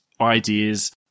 ideas